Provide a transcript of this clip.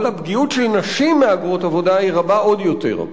אבל הפגיעות של נשים מהגרות עבודה היא רבה עוד יותר,